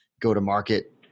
go-to-market